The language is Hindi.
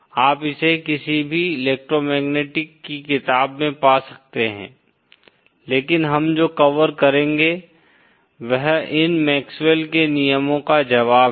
आप इसे किसी भी इलेक्ट्रोमैग्नेटिक की किताब में पा सकते हैं लेकिन हम जो कवर करेंगे वह इन मैक्सवेल के नियमों का जवाब है